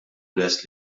lest